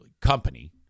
company